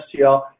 STL